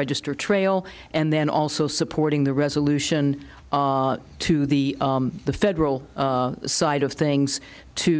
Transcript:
register trail and then also supporting the resolution to the the federal side of things to